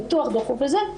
ניתוח דחוף וזה,